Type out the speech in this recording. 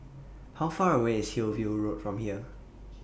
How Far away IS Hillview Road from here